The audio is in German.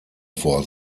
vor